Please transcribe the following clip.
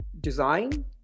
Design